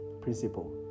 principle